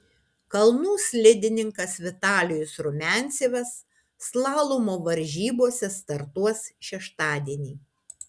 kalnų slidininkas vitalijus rumiancevas slalomo varžybose startuos šeštadienį